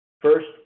First